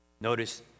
Notice